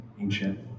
ancient